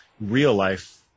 real-life